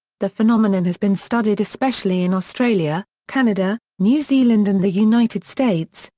the phenomenon has been studied especially in australia, canada, new zealand and the united states,